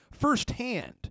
firsthand